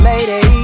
Lady